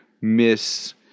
miss